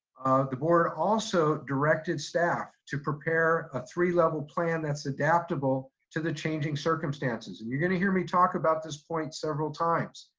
the board also directed staff to prepare a three level plan that's adaptable to the changing circumstances. and you're gonna hear me talk about this point several times,